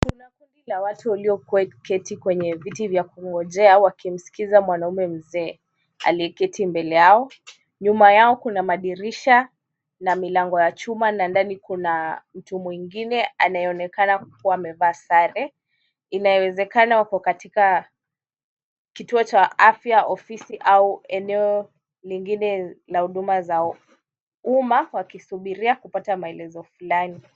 Kuna watu walioketi kwenye viti vya kungonjea wakimsikiza mwananmume mzee, aliyeketi mbele yao. Nyuma yao kuna madirisha na milango ya chuma na ndani kuna mtu mwingine anayeonekana kuwa amevaa sare ,inawezekana wako katika kituo cha afya ,ofisi au eneo lingine la huduma za umma wakisubiria kupata maelezo fulani.